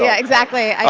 yeah exactly. i mean